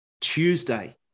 Tuesday